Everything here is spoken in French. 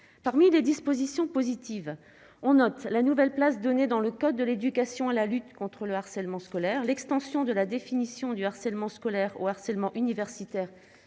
parmi les dispositions positives, on note la nouvelle place donnée dans le code de l'éducation à la lutte contre le harcèlement scolaire l'extension de la définition du harcèlement scolaire au harcèlement universitaire